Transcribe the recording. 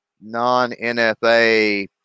non-NFA